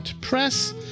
press